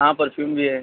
ہاں پرفیوم بھی ہے